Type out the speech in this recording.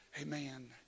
Amen